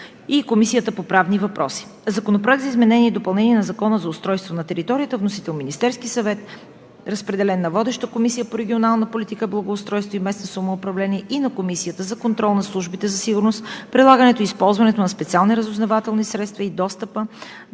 и Комисията по правни въпроси. Законопроект за изменение и допълнение на Закона за устройство на територията. Вносител е Министерският съвет. Водеща е Комисията по регионална политика, благоустройство и местно самоуправление. Разпределен е на Комисията за контрол над службите за сигурност, прилагането и използването на специални разузнавателни средства и достъпа